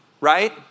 Right